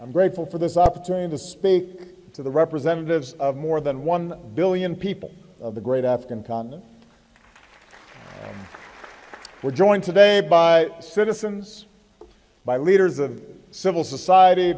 i'm grateful for this opportunity to speak to the representatives of more than one billion people of the great african continent we're joined today by citizens by leaders of civil society